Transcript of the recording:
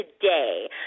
today